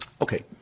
Okay